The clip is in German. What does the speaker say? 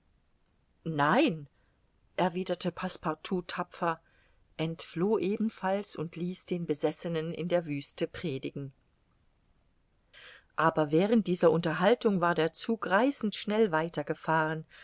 nein erwiderte passepartout tapfer entfloh ebenfalls und ließ den besessenen in der wüste predigen aber während dieser unterhaltung war der zug reißend schnell weiter